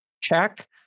check